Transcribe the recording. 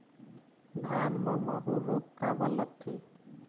धान म माहू रोग काबर लगथे?